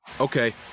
Okay